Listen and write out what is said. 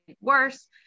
worse